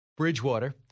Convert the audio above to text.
Bridgewater